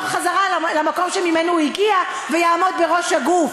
למקום שממנו הוא הגיע ויעמוד בראש הגוף.